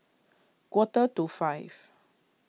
quarter to five